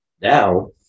Now